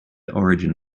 origin